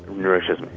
nourishes